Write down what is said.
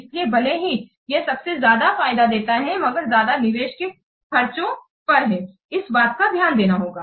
इसलिए भले ही यह सबसे ज्यादा फायदा देता है मगर ज्यादा निवेश के खर्चे पर है इस बात पर ध्यान देना होगा